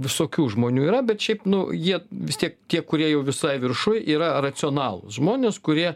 visokių žmonių yra bet šiaip nu jie vis tiek tie kurie jau visai viršuj yra racionalūs žmonės kurie